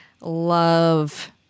love